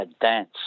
dance